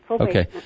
Okay